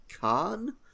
Khan